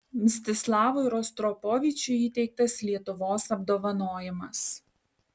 mstislavui rostropovičiui įteiktas lietuvos apdovanojimas